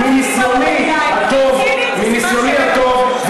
מניסיוני הטוב,